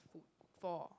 for